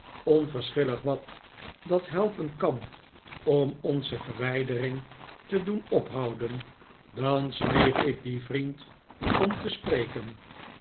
onverschillig wat dat helpen kan om onze verwijdering te doen ophouden dan smeek ik dien vriend om te spreken